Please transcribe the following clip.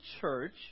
church